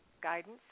guidance